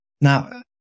Now